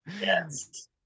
yes